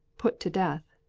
put to death.